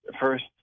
first